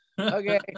okay